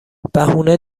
بهونه